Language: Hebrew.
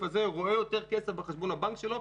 הזה העובד רואה יותר כסף בחשבון הבנק שלו.